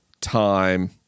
time